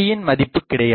யின் மதிப்புக்கிடையாது